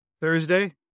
Thursday